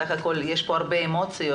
בסך הכל יש כאן הרבה אמוציות.